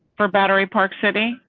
for battery park city,